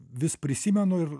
vis prisimenu ir